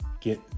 get